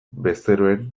bezeroen